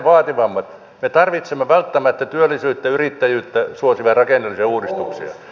me tarvitsemme välttämättä työllisyyttä ja yrittäjyyttä suosivia rakenteellisia uudistuksia